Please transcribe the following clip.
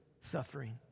suffering